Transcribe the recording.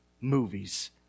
movies